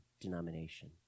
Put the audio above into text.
denomination